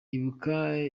ibuka